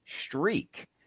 streak